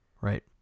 Right